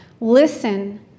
Listen